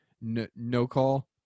no-call